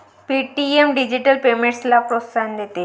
Paytm digital पेमेंट्सला प्रोत्साहन देते